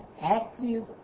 active